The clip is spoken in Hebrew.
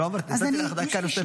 נתתי לך דקה נוספת.